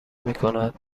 میکند